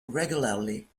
regularly